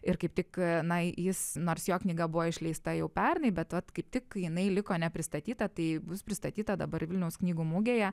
ir kaip tik tenai jis nors jo knyga buvo išleista jau pernai bet vat kaip tik jinai liko nepristatyta tai bus pristatyta dabar vilniaus knygų mugėje